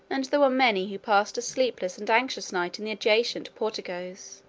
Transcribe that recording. and there were many who passed a sleepless and anxious night in the adjacent porticos.